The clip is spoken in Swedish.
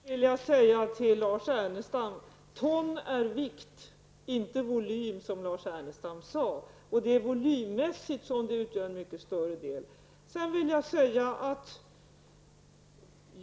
Fru talman! Först vill jag säga till Lars Ernestam att ton är ett mått på vikt, och inte volym som Lars Ernestam sade. Volymmässigt utgör detta en mycket större del.